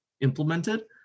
implemented